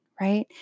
right